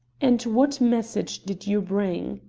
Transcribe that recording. and what message did you bring?